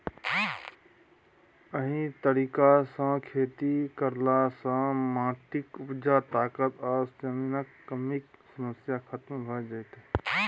एहि तरीका सँ खेती करला सँ माटिक उपजा ताकत आ जमीनक कमीक समस्या खतम भ जेतै